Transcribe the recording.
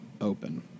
open